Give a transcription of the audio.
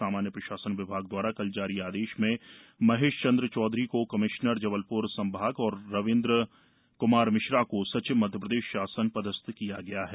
सामान्य प्रशासन विभाग द्वारा कल जारी आदेश में महेशचन्द्र चौधरी को कमिश्नर जबलपुर संभाग और रवीन्द्र क्मार मिश्रा को सचिव मध्यप्रदेश शासन पदस्थ किया गया है